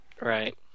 Right